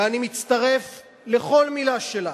ואני מצטרף לכל מלה שלה: